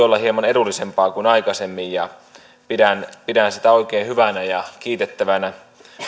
olla hieman edullisempaa kuin aikaisemmin ja pidän pidän sitä oikein hyvänä ja kiitettävänä